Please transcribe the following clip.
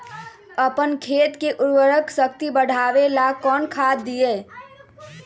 अपन खेत के उर्वरक शक्ति बढावेला कौन खाद दीये?